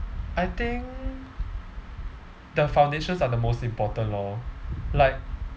I think the foundations are the most important lor like